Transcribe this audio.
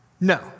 No